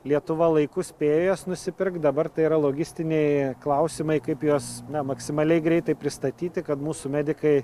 lietuva laiku spėjo jas nusipirkt dabar tai yra logistiniai klausimai kaip juos maksimaliai greitai pristatyti kad mūsų medikai